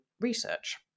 research